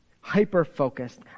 hyper-focused